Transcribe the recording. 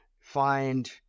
find